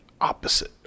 opposite